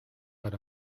per